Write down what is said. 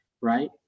Right